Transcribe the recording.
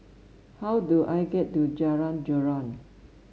how do I get to Jalan Joran